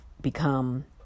become